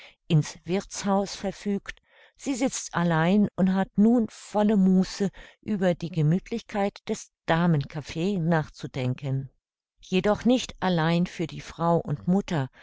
in's wirthshaus verfügt sie sitzt allein und hat nun volle muße über die gemüthlichkeit des damenkaffee nachzudenken jedoch nicht allein für die frau und mutter